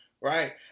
Right